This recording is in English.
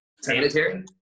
sanitary